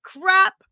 crap